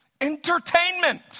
Entertainment